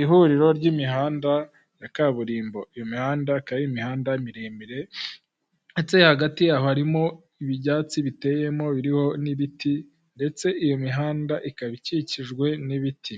Ihuriro ry'imihanda ya kaburimbo, imihanda ikaba ari imihanda miremire, ndetse hagati harimo ibyatsi biteyemo biriho n'ibiti ndetse iyo mihanda ikaba ikikijwe n'ibiti,